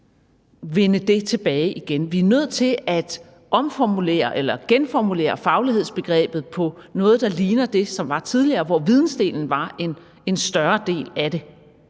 vinde det tilbage igen. Vi er nødt til at omformulere eller genformulere faglighedsbegrebet i forhold til noget, der ligner det, som var tidligere, hvor vidensdelen var en større del af det.